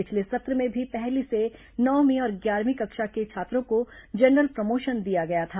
पिछले सत्र में भी पहली से नवमीं और ग्यारहवीं कक्षा के छात्रों को जनरल प्रमोशन दिया गया था